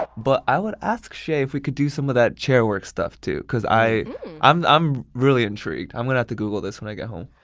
but i would ask shay if we could do some of that chairwork stuff too, because i'm i'm really intrigued. i'm gonna have to google this when i get home.